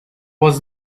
was